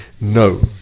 no